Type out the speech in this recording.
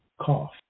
cough